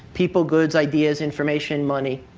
people, goods, ideas, information, money,